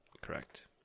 correct